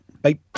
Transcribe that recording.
bye